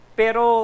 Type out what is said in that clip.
pero